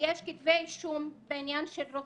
יש כתבי אישום בעניין של רוצחים.